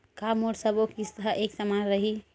का मोर सबो किस्त ह एक समान रहि?